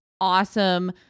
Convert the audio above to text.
awesome